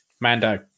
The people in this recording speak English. Mando